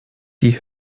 die